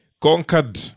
conquered